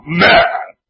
man